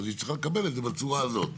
אז היא צריכה לקבל את זה בצורה הזאת.